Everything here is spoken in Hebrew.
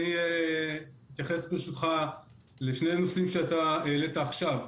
אני אתייחס ברשותך לשני נושאים שהעלית עכשיו: